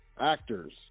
Actors